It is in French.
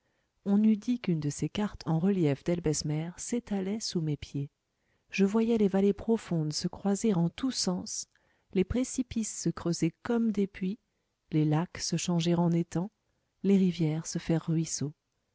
on eût dit qu'une de ces cartes en relief d'helbesmer s'étalait sous mes pieds je voyais les vallées profondes se croiser en tous sens les précipices se creuser comme des puits les lacs se changer en étangs les rivières se faire ruisseaux